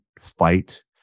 fight